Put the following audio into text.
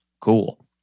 Cool